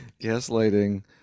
Gaslighting